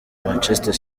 manchester